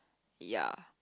ya